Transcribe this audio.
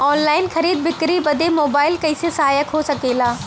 Online खरीद बिक्री बदे मोबाइल कइसे सहायक हो सकेला?